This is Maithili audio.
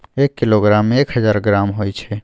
एक किलोग्राम में एक हजार ग्राम होय छै